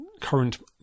current